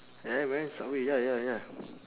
yeah man subway ya ya ya